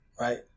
right